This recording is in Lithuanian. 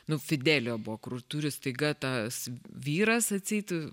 nu fidelio buvo kur turi staiga tas vyras atseit